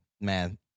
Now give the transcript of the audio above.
man